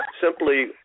simply